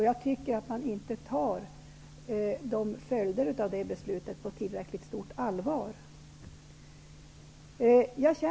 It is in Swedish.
Jag menar att regeringen inte tar de följderna av beslutet på tillräckligt stort allvar.